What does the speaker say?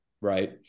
Right